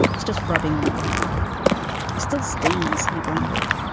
it's just rubbing. alcohol still stings, he grumbled.